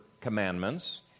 commandments